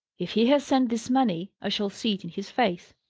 if he has sent this money, i shall see it in his face.